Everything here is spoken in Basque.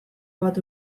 bat